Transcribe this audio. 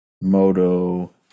moto